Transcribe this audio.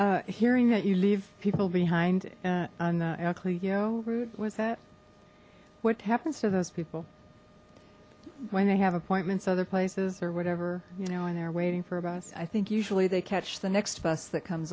happy hearing that you leave people behind i'll clio was it what happens to those people when they have appointments other places or whatever you know and they're waiting for a bus i think usually they catch the next bus that comes